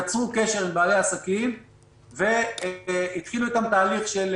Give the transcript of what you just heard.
יצרו קשר עם בעלי העסקים והתחילו איתם תהליך של